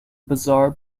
bizarre